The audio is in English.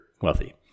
wealthy